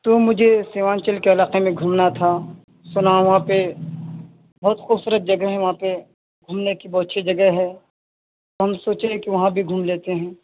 تو مجھے سیمانچل کے علاقے میں گھومنا تھا سنا ہوں وہاں پہ بہت خوبصورت جگہیں ہیں وہاں پہ گھومنے کی بہت اچّھی جگہ ہے ہم سوچے کہ وہاں بھی گھوم لیتے ہیں